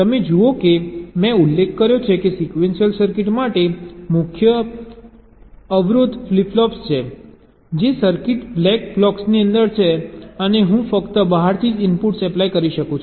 તમે જુઓ કે મેં ઉલ્લેખ કર્યો છે કે સિક્વેન્શિયલ સર્કિટ માટે મુખ્ય અવરોધ ફ્લિપ ફ્લોપ્સ છે જે સર્કિટ બ્લેક બોક્સની અંદર છે અને હું ફક્ત બહારથી જ ઇનપુટ્સ એપ્લાય કરી શકું છું